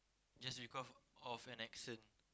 just because of an accent